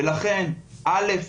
ולכן א',